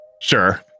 Sure